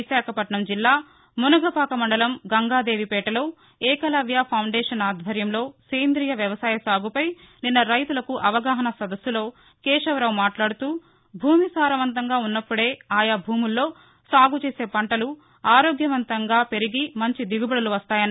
విశాఖపట్నం జిల్లా మునగపాక మండలం గంగాదేవిపేటలో ఏకలవ్య ఖౌండేషన్ ఆధ్వర్యంలో సేంద్రియ వ్యవసాయ సాగుపై నిన్న రైతులకు అవగాహనా సదస్సులో కేశవరావు మాట్లాడుతూ భూమి సారవంతంగా ఉన్నప్పుడే ఆయా భూముల్లో సాగుచేసే పంటలు ఆరోగ్యవంతంగా పెరుగి మంచి దిగుబడులు వస్తాయన్నారు